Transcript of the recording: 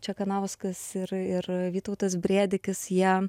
čekanauskas ir ir vytautas brėdikis jie